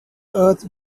earth